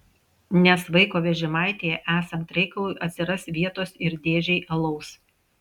nes vaiko vežimaityje esant reikalui atsiras vietos ir dėžei alaus